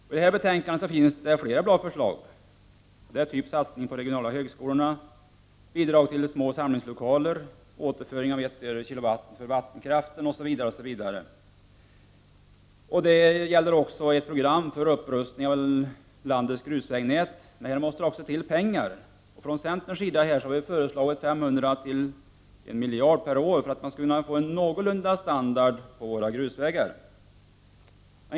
I detta betänkande finns det flera bra förslag: satsning på de regionala högskolorna, bidrag till små samlingslokaler, återföring av 1 öre per kilowattimme för vattenkraften osv. Det gäller också ett program för upprustning av landets grusvägnät, men här måste det anslås pengar. Från centerns sida har vi föreslagit 500-1 000 milj.kr. per år för att man skall kunna få en någorlunda god standard på våra grusvägar.